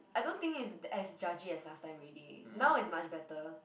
Yeah i don't think is as judgy as last time ready now is much better